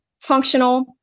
functional